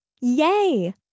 yay